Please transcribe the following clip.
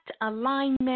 alignment